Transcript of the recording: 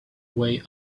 way